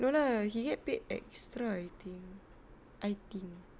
no lah he get paid extra I think I think